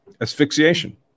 asphyxiation